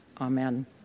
Amen